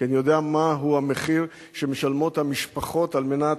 כי אני יודע מהו המחיר שמשלמות המשפחות על מנת